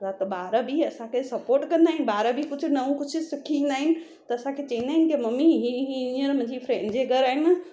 ॿार बि असांखे सपोट कंदा आहिनि ॿार कुझु नओ कुझु सिखी ईंदा आहिनि त असांखे चवंदा आहिन कि मम्मी इहा हींअर मुंहिंजी फ्रैंड जे घरु आहे न